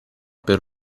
per